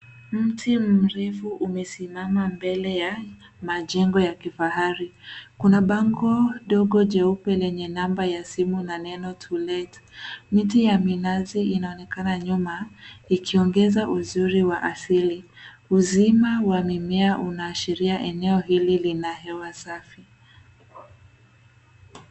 Mti mrefu umesimama mbele ya majengo ya kifahari. Kuna bango dogo jeupe lenye namba ya simu na neno cs[to let]cs. Miti ya minazi inaonekana nyuma ikiongeza uzuri wa asili. Uzima wa mimea unaashiria eneo hili lina hewa safi.